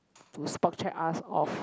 to spot check us of